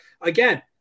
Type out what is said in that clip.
again